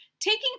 Taking